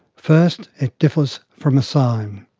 first, it differs from a sign.